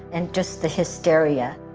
and just the hysteria